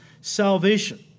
salvation